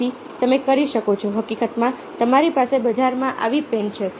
જેથી તમે કરી શકો છો હકીકતમાં તમારી પાસે બજારમાં આવી પેન છે